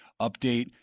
Update